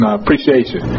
appreciation